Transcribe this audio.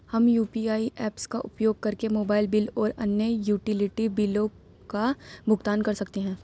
हम UPI apps का उपयोग करके मोबाइल बिल और अन्य यूटिलिटी बिलों का भुगतान कर सकते हैं